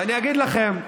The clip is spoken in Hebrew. ואני אגיד לכם,